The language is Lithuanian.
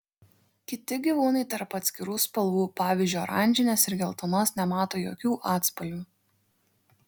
kiti gyvūnai tarp atskirų spalvų pavyzdžiui oranžinės ir geltonos nemato jokių atspalvių